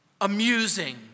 amusing